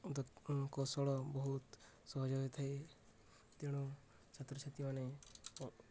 କୌଶଳ ବହୁତ ସହଜ ହୋଇଥାଏ ତେଣୁ ଛାତ୍ରଛାତ୍ରୀମାନେ